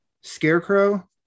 Scarecrow